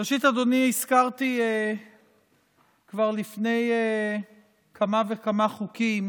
ראשית, אדוני, הזכרתי כבר לפני כמה וכמה חוקים